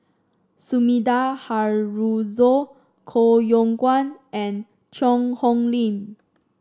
Sumida Haruzo Koh Yong Guan and Cheang Hong Lim